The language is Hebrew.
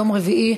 יום רביעי,